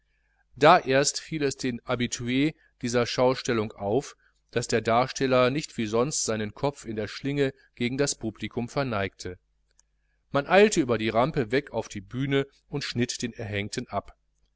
da erst fiel es den habitus dieser schaustellung auf daß der darsteller nicht wie sonst seinen kopf in der schlinge gegen das publikum verneigte man eilte über die rampe weg auf die bühne und schnitt den erhängten ab